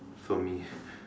for me